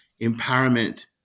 empowerment